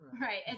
Right